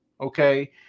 okay